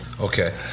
Okay